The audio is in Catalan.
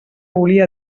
volia